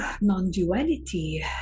non-duality